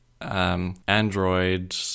Android